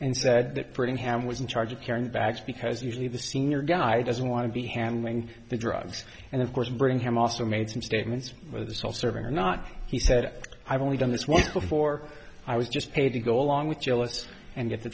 said that brittingham was in charge of carrying bags because usually the senior guy doesn't want to be handling the drugs and of course bring him also made some statements with the self serving or not he said i've only done this once before i was just paid to go along with jealous and get the